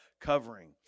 covering